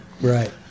Right